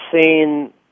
seen